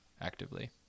actively